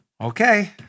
Okay